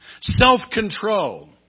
self-control